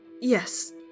Yes